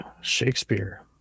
Shakespeare